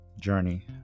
journey